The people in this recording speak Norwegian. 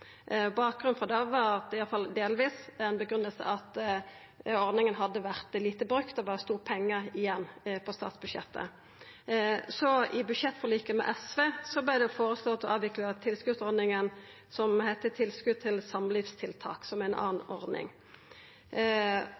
det var, i alle fall delvis, at ordninga hadde vore lite brukt, og at det stod pengar igjen på statsbudsjettet. I budsjettforliket med SV vart det føreslått å avvikla tilskotsordninga som heiter «tilskudd til samlivstiltak», som er ei anna ordning.